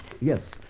Yes